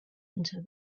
into